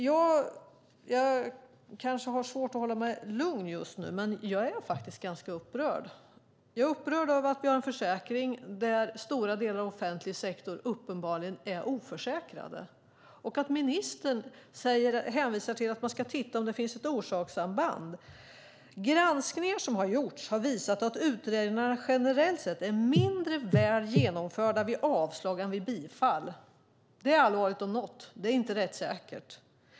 Jag kanske har svårt att hålla mig lugn just nu, men jag är ganska upprörd över att vi har en försäkring där stora delar av offentlig sektor uppenbarligen är oförsäkrade och att ministern hänvisar till att man ska titta om det finns ett orsakssamband. Granskningar som har gjorts har visat att utredningarna generellt sett är mindre väl genomförda vid avslag än vid bifall. Det är allvarligt om något. Det är inte rättssäkert.